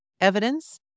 evidence